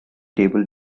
table